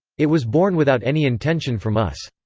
it was born without any intention from us.